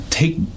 Take